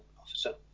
officer